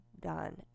done